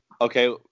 okay